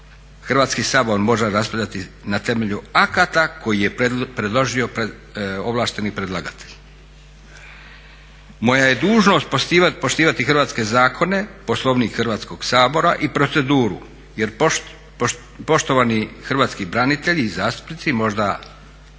Hrvatski sabor može raspravljati na temelju akata koji je predložio ovlašteni predlagatelj. Moja je dužnost poštivati hrvatske zakone, Poslovnik Hrvatskog sabora i proceduru jer poštovani hrvatski branitelji i zastupnici možda